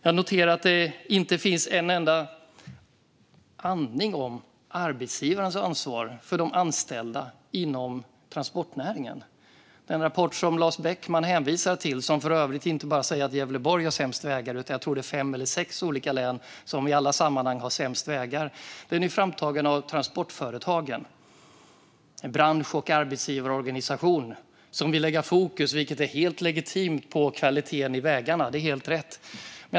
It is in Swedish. Jag noterar att man inte andas ett ljud om arbetsgivarens ansvar för de anställda inom transportnäringen. Den rapport Lars Beckman hänvisade till - som för övrigt inte säger att enbart Gävleborg har sämst vägar, utan jag tror att det handlar om fem eller sex olika län som i alla sammanhang har sämst vägar - är framtagen av Transportföretagen. Det är en bransch och arbetsgivarorganisation som vill lägga fokus på kvaliteten i vägarna, vilket är helt legitimt och rätt.